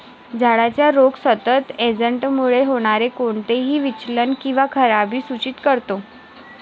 झाडाचा रोग सतत एजंटमुळे होणारे कोणतेही विचलन किंवा खराबी सूचित करतो